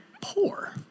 poor